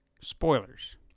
spoilers